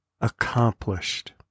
accomplished